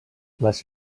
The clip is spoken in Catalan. les